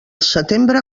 setembre